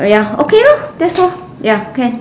ah ya okay lor that's all ya can